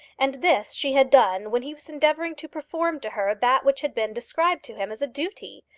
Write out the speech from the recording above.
and this she had done when he was endeavouring to perform to her that which had been described to him as a duty!